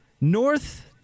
North